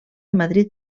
madrid